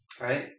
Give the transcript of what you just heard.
right